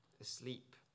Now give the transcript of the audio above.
asleep